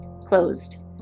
Closed